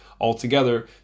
altogether